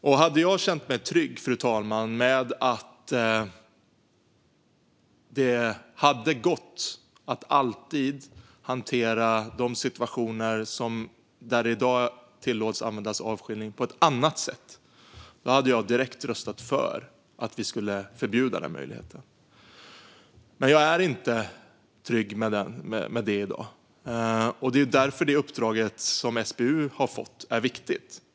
Om jag hade känt mig trygg, fru talman, med att det alltid hade gått att hantera de situationer där det i dag är tillåtet att använda avskiljning på ett annat sätt hade jag direkt röstat för att förbjuda den här möjligheten. Men jag är inte trygg med det i dag, och därför är det uppdrag som SBU har fått viktigt.